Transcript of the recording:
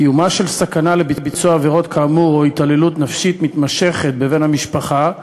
קיומה של סכנה לביצוע עבירות כאמור או התעללות נפשית מתמשכת בבן המשפחה.